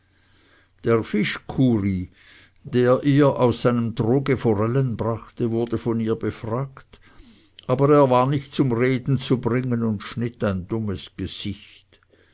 der fischkuri der ihr aus seinem troge forellen brachte wurde von ihr befragt aber er war nicht zum reden zu bringen und schnitt ein dummes gesicht